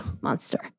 Monster